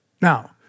Now